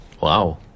Wow